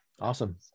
Awesome